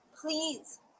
Please